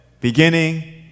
beginning